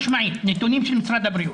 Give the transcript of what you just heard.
נתונים של משרד הבריאות.